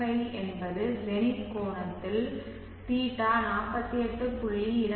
5 என்பது ஜெனித் கோணத்தில் θ 48